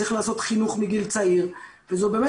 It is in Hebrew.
צריך לעשות חינוך מגיל צעיר וזו באמת